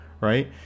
right